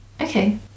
Okay